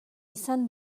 izan